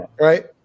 right